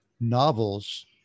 novels